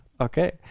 Okay